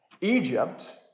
Egypt